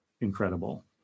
incredible